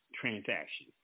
transaction